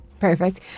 Perfect